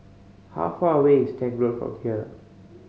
how far away is Tank Road from here